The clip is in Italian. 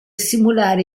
simulare